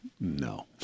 no